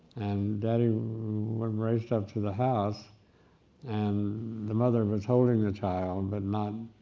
and daddy raced up to the house and the mother was holding the child but not